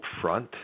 front